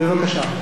אני יכול להמשיך?